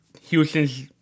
Houston's